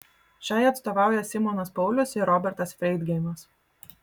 šiai atstovauja simonas paulius ir robertas freidgeimas